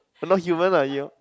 not human lah Eeyor